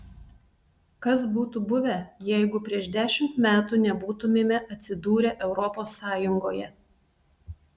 kas būtų buvę jeigu prieš dešimt metų nebūtumėme atsidūrę europos sąjungoje